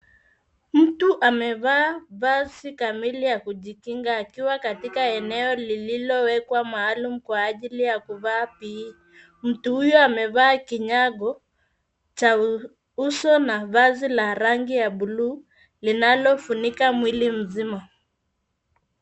Mtu amevaa vazi kamili ya kujikinga akiwa katika eneo lililowekwa maalumu kwa ajili ya kuvaa pee. Mtu huyo amevaa kinyago cha uso na vazi la rangi ya buluu, linalofunika mwili mzima.